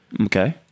Okay